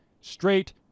straight